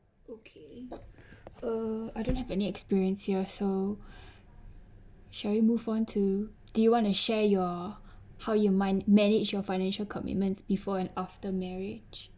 okay uh I don't have any experience here so shall we move on to do you wanna share your how you mind~ manage your financial commitments before and after marriage